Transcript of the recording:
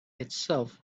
itself